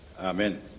Amen